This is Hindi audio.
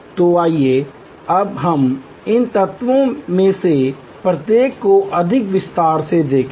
तो आइए अब हम इन तत्वों में से प्रत्येक को अधिक विस्तार से देखें